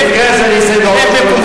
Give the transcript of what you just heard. במקרה הזה אסיים בעוד שלוש דקות.